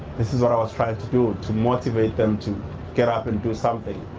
this is what i was trying to do to motivate them to get up and do something,